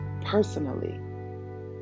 personally